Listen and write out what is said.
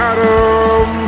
Adam